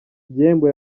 igihembo